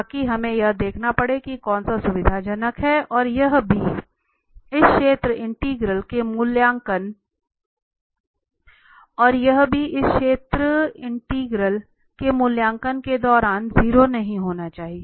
ताकि हमें यह देखना पड़े कि कौन सा सुविधाजनक है और यह भी इस क्षेत्र इंटीग्रल के मूल्यांकन के दौरान 0 नहीं होना चाहिए